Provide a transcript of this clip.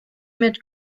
mit